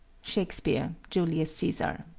shakespeare, julius caesar.